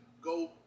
go